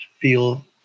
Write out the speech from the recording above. feel